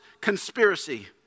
conspiracy